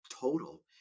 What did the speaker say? total